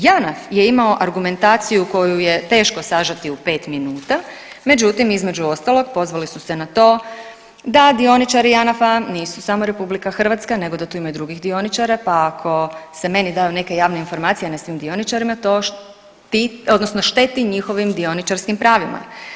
JANAF je imao argumentaciju koju je teško sažeti u 5 minuta, međutim između ostalog pozvali su se na to da dioničari nisu samo RH nego da tu ima i drugih dioničara, pa ako se meni daju javne informacije, a ne svim dioničarima to štiti odnosno šteti njihovim dioničarskim pravima.